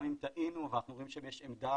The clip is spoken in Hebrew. גם אם טעינו ואנחנו רואים שיש עמדה